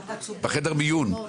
בחדר מיון.